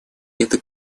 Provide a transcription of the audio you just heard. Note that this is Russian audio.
это